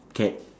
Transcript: cat